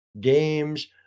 games